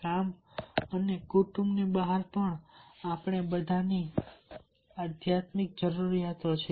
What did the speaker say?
અને કામ અને કુટુંબની બહાર પણ આપણે બધાને આપણી આધ્યાત્મિક જરૂરિયાતો છે